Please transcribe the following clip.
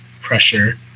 pressure